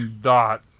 dot